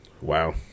wow